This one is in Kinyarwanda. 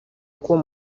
k’uwo